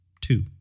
two